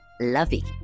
lovey